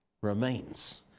remains